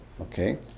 Okay